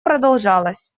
продолжалась